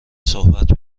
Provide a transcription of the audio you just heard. صحبت